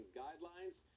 guidelines